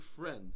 friend